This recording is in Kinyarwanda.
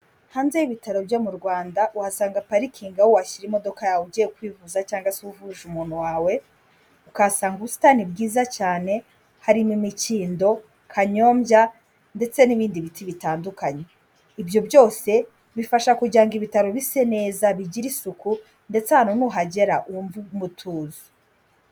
Hanze y'ibitaro byo mu Rwanda uhasanga parikingi aho washyira imodoka yawe ugiye kwivuza cyangwa se uvuje umuntu wawe, akahasanga ubusitani bwiza cyane harimo: imikindo, kanyombya ndetse n'ibindi biti bitandukanye. Ibyo byose bifasha kugira ngo ibitaro bise neza, bigire isuku ndetse ahantu nuhagera wumve umutuzo.